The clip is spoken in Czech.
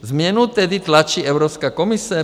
Změnu tedy tlačí Evropská komise?